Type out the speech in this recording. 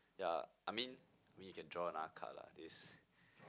yeah I mean maybe you can draw another card lah this